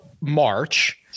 March